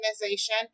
organization